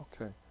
Okay